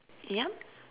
yeah